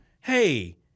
Hey